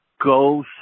go